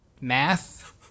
math